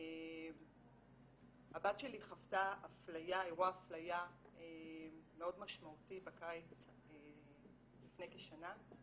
הבת שלי חוותה אירוע אפליה מאוד משמעותי בקיץ לפני כשנה,